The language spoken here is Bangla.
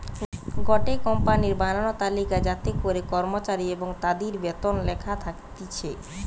গটে কোম্পানির বানানো তালিকা যাতে করে কর্মচারী এবং তাদির বেতন লেখা থাকতিছে